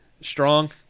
strong